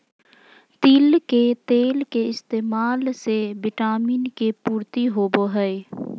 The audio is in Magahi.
तिल के तेल के इस्तेमाल से विटामिन के पूर्ति होवो हय